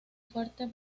fuerte